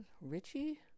Richie